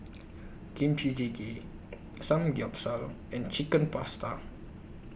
Kimchi Jjigae Samgyeopsal and Chicken Pasta